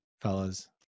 fellas